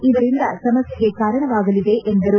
ಇದರಿಂದ ಸಮಸ್ಥೆಗೆ ಕಾರಣವಾಗಲಿದೆ ಎಂದರು